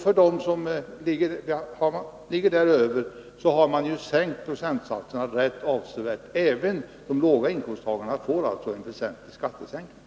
För dem som ligger däröver har man sänkt procentsatserna rätt avsevärt. Även de låga inkomsttagarna får alltså en väsentlig skattesänkning.